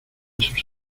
sus